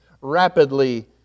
rapidly